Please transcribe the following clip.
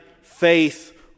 faith